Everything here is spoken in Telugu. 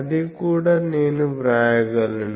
అది కూడా నేను వ్రాయగలను